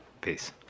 Peace